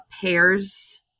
pairs